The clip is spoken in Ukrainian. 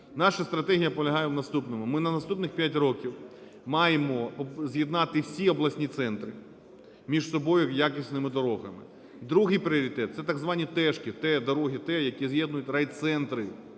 Наша стратегія полягає в наступному: ми на наступних 5 років маємо з'єднати всі обласні центри між собою якісними дорогами. Другий пріоритет – це так звані "тешки", "Т", дороги "Т", які з'єднують райцентри